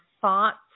thoughts